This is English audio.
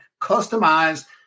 Customize